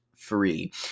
free